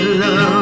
love